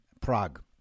Prague